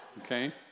okay